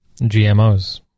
GMOs